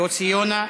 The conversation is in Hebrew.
יוסי יונה,